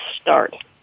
start